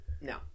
No